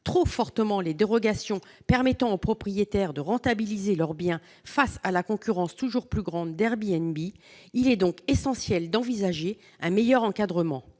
trop fortement les dérogations permettant aux propriétaires de rentabiliser leur bien face à la concurrence toujours plus grande d'Airbnb, il est essentiel d'envisager un meilleur encadrement.